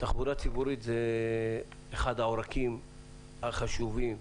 התחבורה הציבורית היא אחד העורקים החשובים.